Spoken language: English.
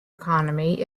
economy